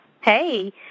Hey